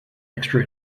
extra